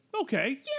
Okay